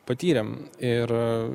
patyrėme ir